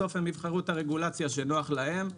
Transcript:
בסוף הם יבחרו את הרגולציה שנוח להם.